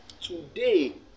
Today